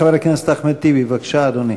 חבר הכנסת אחמד טיבי, בבקשה, אדוני.